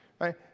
right